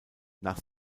nach